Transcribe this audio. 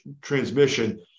transmission